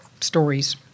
stories